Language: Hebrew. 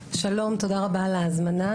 שלום, תודה רבה על ההזמנה.